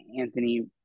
Anthony